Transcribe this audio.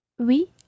Oui